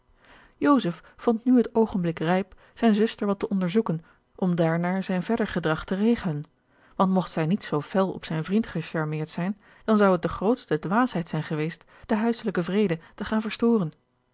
vond nu het oogenblik rijp zijne zuster wat te onderzoeken om daarnaar zijn verder gedrag te regelen want mogt zij niet zoo fel op zijn vriend gecharmeerd zijn dan zou het de grootste dwaasheid zijn geweest den huiselijken vrede te gaan verstoren